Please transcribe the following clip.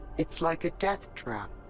it's like a death trap.